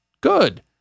good